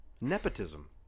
nepotism